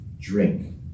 drink